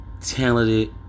talented